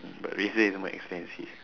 but razer is more expensive